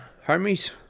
Hermes